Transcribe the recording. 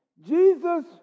Jesus